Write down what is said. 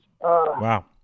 Wow